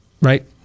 right